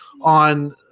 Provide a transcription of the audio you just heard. on